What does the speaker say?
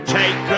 take